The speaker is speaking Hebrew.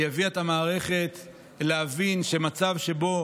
היא הביאה את המערכת להבין שמצב שבו